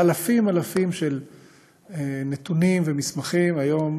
אלפים-אלפים של נתונים ומסמכים היום